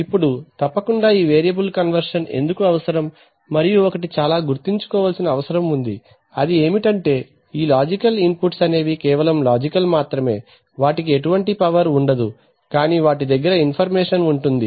ఇప్పుడు తప్పకుండా ఈ వేరియబుల్ కన్వర్షన్ ఎందుకు అవసరం మరియు ఒకటి చాలా గుర్తుంచుకోవాల్సిన అవసరం ఉంది ఏమిటంటే ఈ లాజికల్ ఇన్ పుట్స్ అనేవి కేవలం లాజికల్ మాత్రమే వాటికి ఎటువంటి పవర్ ఉండదు కానీ వాటి దగ్గర ఇన్ఫర్మేషన్ ఉంటుంది